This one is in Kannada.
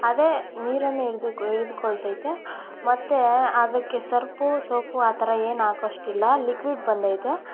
ಅದೇ ನೀರನ್ನು ಹಿಡಿದು ಹಿಡಿದುಕೊಳ್ತೈತೆ ಮತ್ತು ಅದಕ್ಕೆ ಸರ್ಪು ಸೋಪು ಆ ಥರ ಏನು ಹಾಕೋಷ್ಟು ಇಲ್ಲ ಲಿಕ್ವಿಡ್ ಬಂದೈತೆ